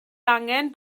angen